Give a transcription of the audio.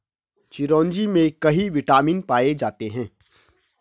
चिरोंजी में कई विटामिन पाए जाते हैं